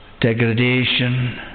degradation